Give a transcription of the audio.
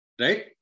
Right